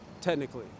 technically